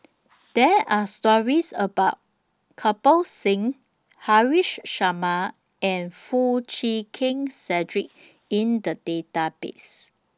There Are stories about Kirpal Singh Haresh Sharma and Foo Chee Keng Cedric in The Database